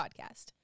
podcast